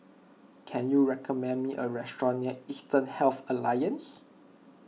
can you recommend me a restaurant near Eastern Health Alliance